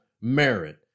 merit